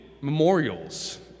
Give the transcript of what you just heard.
memorials